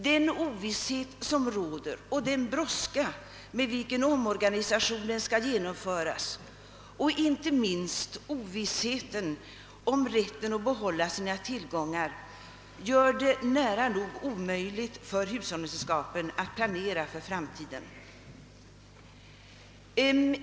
Men den ovisshet som råder och den brådska med vilken omorganisationen skall genomföras samt inte minst Oovissheten om rätten att behålla sina tillgångar gör det nära nog omöjligt för hushållningssällskapen att planera för framtiden.